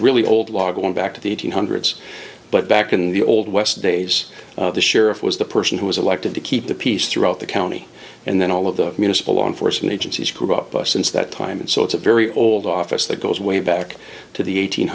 really old law going back to the hundreds but back in the old west days the sheriff was the person who was elected to keep the peace throughout the county and then all of the municipal law enforcement agencies since that time and so it's a very old office that goes way back to the eighteen